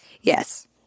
Yes